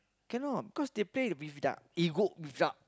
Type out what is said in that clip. cannot because they play with their ego with their